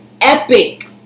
epic